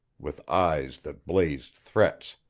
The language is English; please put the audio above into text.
with eyes that blazed threats,